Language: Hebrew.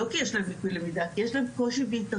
לא כי יש להם קושי בלמידה,